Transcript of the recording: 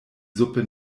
suppe